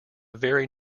very